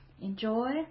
Enjoy